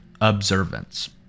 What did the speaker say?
observance